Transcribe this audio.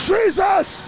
Jesus